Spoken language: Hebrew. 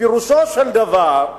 פירושו של דבר,